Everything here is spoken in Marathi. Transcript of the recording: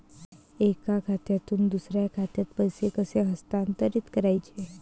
एका खात्यातून दुसऱ्या खात्यात पैसे कसे हस्तांतरित करायचे